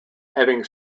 having